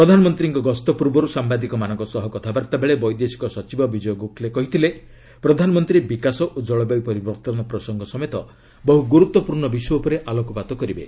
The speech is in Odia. ପ୍ରଧାନମନ୍ତ୍ରୀଙ୍କ ଗସ୍ତ ପୂର୍ବରୁ ସାମ୍ବାଦିକମାନଙ୍କ ସହ କଥାବାର୍ତ୍ତାବେଳେ ବୈଦେଶିକ ସଚିବ ବିଜୟ ଗୋଖ୍ଲେ କହିଥିଲେ ପ୍ରଧାନମନ୍ତ୍ରୀ ବିକାଶ ଓ ଜଳବାୟୁ ପରିବର୍ତ୍ତନ ପ୍ରସଙ୍ଗ ସମେତ ବହୁ ଗୁରୁତ୍ୱପୂର୍ଣ୍ଣ ବିଷୟ ଉପରେ ଆଲୋକପାତ କରିବେ